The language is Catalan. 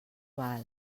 val